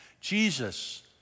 Jesus